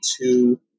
two